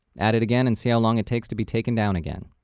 add it again and see how long it takes to be taken down again.